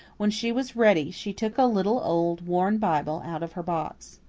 when she was ready, she took a little old worn bible out of her box.